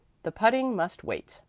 the putting must wait.